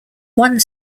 one